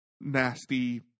nasty